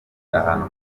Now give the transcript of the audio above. ahantu